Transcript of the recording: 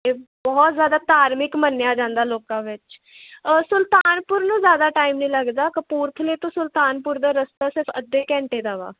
ਇਹ ਬਹੁਤ ਜ਼ਿਆਦਾ ਧਾਰਮਿਕ ਮੰਨਿਆ ਜਾਂਦਾ ਲੋਕਾਂ ਵਿੱਚ ਸੁਲਤਾਨਪੁਰ ਨੂੰ ਜ਼ਿਆਦਾ ਟਾਈਮ ਨਹੀਂ ਲੱਗਦਾ ਕਪੂਰਥਲੇ ਤੋਂ ਸੁਲਤਾਨਪੁਰ ਦਾ ਰਸਤਾ ਸਿਰਫ ਅੱਧੇ ਘੰਟੇ ਦਾ ਵਾ